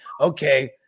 okay